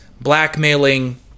blackmailing